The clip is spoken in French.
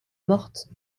morte